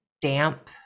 damp